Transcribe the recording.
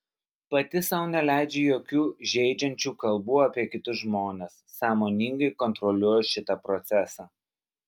pati sau neleidžiu jokių žeidžiančių kalbų apie kitus žmones sąmoningai kontroliuoju šitą procesą